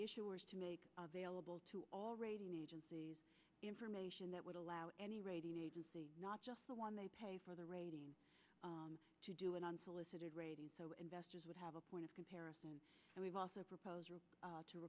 issuers to make available to all rating agencies information that would allow any rating agency not just the one they pay for the rating to do an unsolicited raid so investors would have a point of comparison and we've also propos